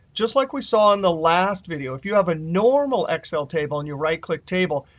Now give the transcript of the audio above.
just like we saw in the last video, if you have a normal excel table and you right-click table,